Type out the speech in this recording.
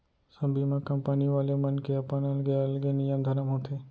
सब बीमा कंपनी वाले मन के अपन अलगे अलगे नियम धरम होथे